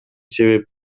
себеп